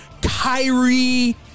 Kyrie